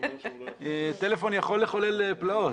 טלפון יכול לחולל פלאות.